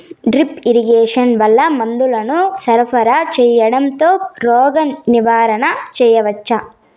Drip irrigation వల్ల మందులను సరఫరా సేయడం తో రోగ నివారణ చేయవచ్చా?